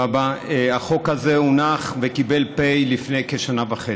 החוק הזה הונח וקיבל "פ" לפני כשנה וחצי.